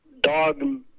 dog